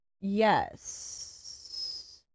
Yes